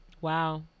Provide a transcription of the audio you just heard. wow